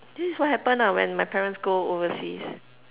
this is what happen lah when my parents go overseas